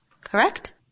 Correct